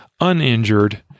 uninjured